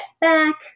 back